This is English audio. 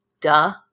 Duh